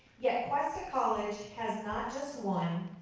yet cuesta college has not just one,